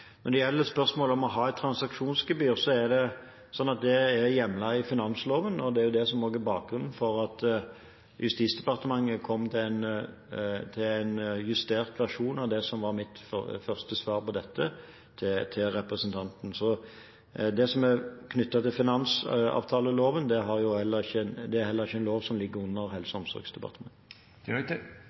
Når det gjelder spørsmålet om å ha et transaksjonsgebyr, er det sånn at det er hjemlet i finansloven, og det er det som også er bakgrunnen for at Justisdepartementet kom til en justert versjon av det som var mitt første svar på dette til representanten. Så det som er knyttet til finansavtaleloven, er heller ikke noe som ligger under Helse- og omsorgsdepartementet.